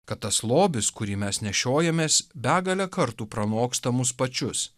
kad tas lobis kurį mes nešiojamės begalę kartų pranoksta mus pačius